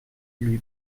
lui